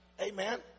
Amen